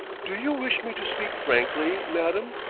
do you wish me to speak frankly, madam?